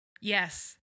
yes